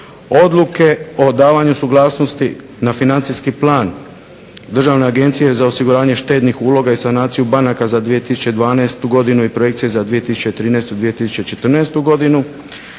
Odluke o davanju suglasnosti na Financijski plan Državne agencije za osiguranje štednih uloga i sanaciju banaka za 2012. godinu i Projekcije za 2013. i 2014. godinu,